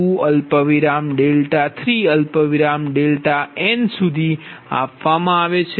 nઆપવામાં આવે છે